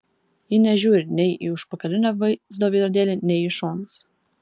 ji nežiūri nei į užpakalinio vaizdo veidrodėlį nei į šonus